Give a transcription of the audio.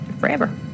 forever